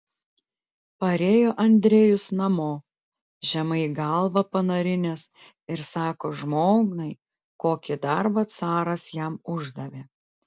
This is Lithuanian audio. parėjo andrejus namo žemai galvą panarinęs ir sako žmonai kokį darbą caras jam uždavė